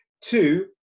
Two